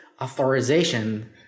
authorization